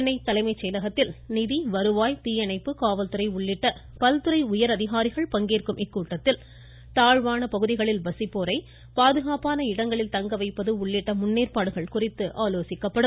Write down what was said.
சென்னை தலைமைச் செயலகத்தில் நிதி வருவாய் தீயணைப்பு காவல்துறை உள்ளிட்ட பல்துறை உயர்அதிகரிகாரிகள் பங்கேற்கும் இக்கூட்டத்தில் தாழ்வான பகுதிகளில் வசிப்போரை பாதுகாப்பான இடங்களில் தங்க வைப்பது உள்ளிட்ட முன்னேற்பாடுகள் குறித்து ஆலோசிக்கப்படும்